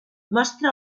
mostra